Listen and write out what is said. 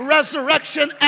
Resurrection